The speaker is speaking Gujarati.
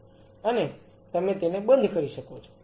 અને તમે તેને બંધ કરી શકો છો